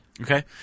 Okay